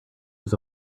was